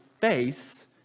face